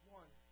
one